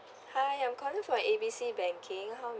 hi I'm calling from A B C banking how